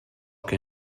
che